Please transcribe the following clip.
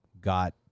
got